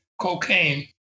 cocaine